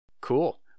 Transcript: cool